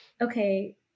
okay